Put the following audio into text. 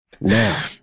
Now